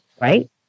Right